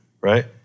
Right